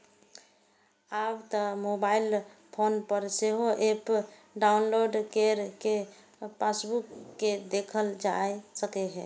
आब तं mobile phone पर सेहो एप डाउलोड कैर कें पासबुक कें देखल जा सकैए